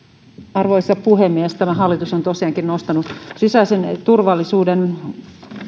arvoisa puhemies tämä hallitus on tosiaankin nostanut sisäisen turvallisuuden